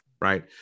Right